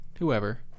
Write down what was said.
whoever